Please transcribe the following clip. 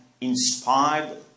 inspired